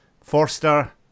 Forster